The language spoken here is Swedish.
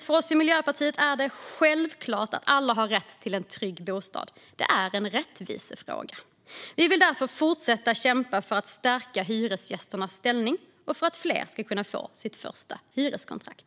För oss i Miljöpartiet är det självklart att alla har rätt till en trygg bostad. Det är en rättvisefråga. Vi kommer därför att fortsätta kämpa för att stärka hyresgästernas ställning och för att fler ska kunna få sitt första hyreskontrakt.